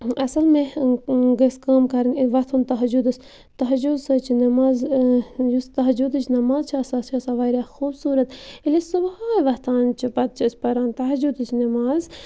اَصٕل مح گٔژھۍ کٲم کَرٕنۍ وۄتھُن تہجُدَس تہجُد سۭتۍ چھِ نٮ۪ماز یُس تہجُدٕچ نٮ۪ماز چھِ آسان سۄ چھِ آسان واریاہ خوٗبصوٗرَت ییٚلہِ أسۍ صُبحٲے وۄتھان چھِ پَتہٕ چھِ أسۍ پَران تہجُدٕچ نٮ۪ماز